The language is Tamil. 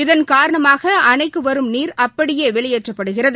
இதன் காரணமாகஅணைக்குவரும் நீர் அப்படியேவெளியேற்றப்படுகிறது